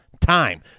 time